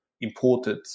imported